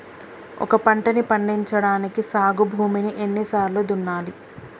ఒక పంటని పండించడానికి సాగు భూమిని ఎన్ని సార్లు దున్నాలి?